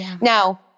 now